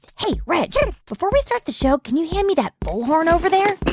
hey, reg yeah before we start the show, can you hand me that bullhorn over there?